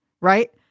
right